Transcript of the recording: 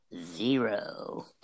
zero